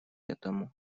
этому